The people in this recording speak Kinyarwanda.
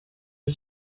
b’i